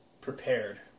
prepared